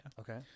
Okay